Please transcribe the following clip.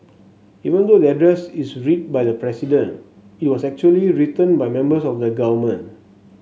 even though the address is read by the President it was actually written by members of the government